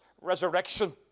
resurrection